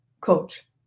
coach